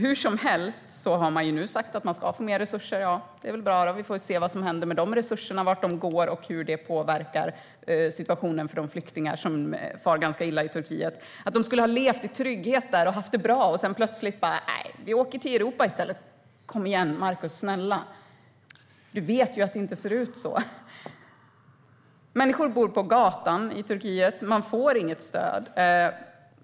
Hur som helst har man nu sagt att Turkiet ska få mer resurser. Det är väl bra. Vi får se vad som händer med de resurserna, vart de går och hur detta påverkar situationen för de flyktingar som far ganska illa i Turkiet. Du menar att de skulle ha levt i trygghet där och haft det bra och sedan plötsligt säga: Nej, vi åker till Europa i stället! Kom igen, Markus - snälla! Du vet att det inte ser ut så. Människor bor på gatan i Turkiet. De får inget stöd.